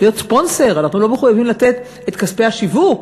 ספונסר, אנחנו לא מחויבים לתת את כספי השיווק,